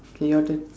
K your turn